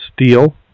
steel